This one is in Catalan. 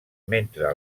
mentre